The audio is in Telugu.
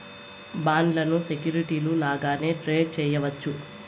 బాండ్లను సెక్యూరిటీలు లాగానే ట్రేడ్ చేయవచ్చు